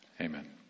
Amen